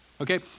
okay